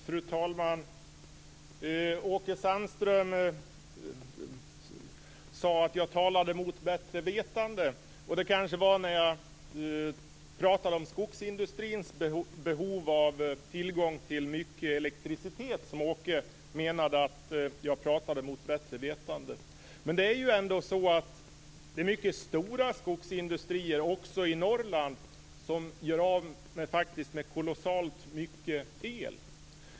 Fru talman! Åke Sandström sade att jag talade mot bättre vetande. Det var kanske när jag pratade om skogsindustrins stora behov av elektricitet som Åke menade att jag talade mot bättre vetande. Men det är ju ändå så att mycket stora skogsindustrier också i Norrland faktiskt gör av med kolossalt mycket el.